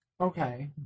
okay